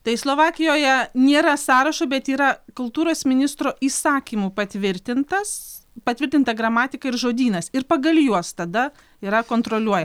tai slovakijoje nėra sąrašo bet yra kultūros ministro įsakymu patvirtintas patvirtinta gramatika ir žodynas ir pagal juos tada yra kontroliuojama